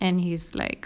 and he's like